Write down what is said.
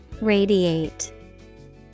radiate